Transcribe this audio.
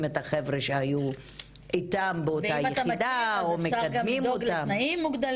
את החבר'ה שהיו איתם באותה יחידה או מקדמים אותם.